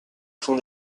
font